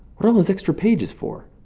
are all those extra pages for?